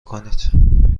کنید